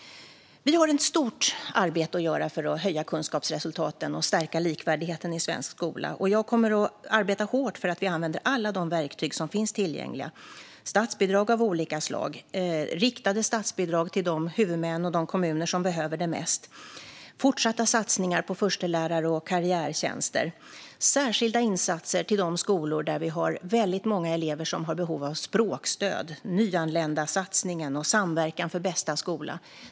Vi har ett stort arbete att göra för att höja kunskapsresultaten och stärka likvärdigheten i svensk skola. Jag kommer att arbeta hårt för att vi ska använda alla verktyg som finns tillgängliga. Det är statsbidrag av olika slag, riktade statsbidrag till de huvudmän och kommuner som behöver det mest, fortsatta satsningar på förstelärar och karriärtjänster, särskilda insatser till de skolor där väldigt många elever har behov av språkstöd, Nyanländasatsningen och Samverkan för bästa skola.